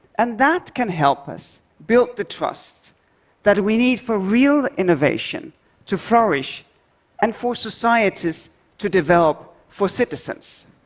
and that can help us build the trust that we need for real innovation to flourish and for societies to develop for citizens.